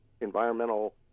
environmental